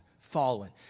fallen